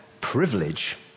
privilege